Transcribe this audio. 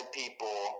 people